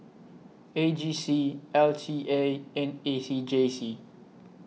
A G C L T A and A C J C